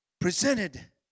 presented